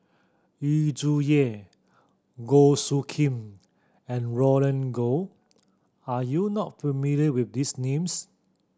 Yu Zhuye Goh Soo Khim and Roland Goh are you not familiar with these names